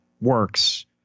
works